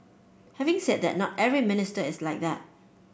having said that not every minister is like that